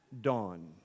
dawn